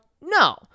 No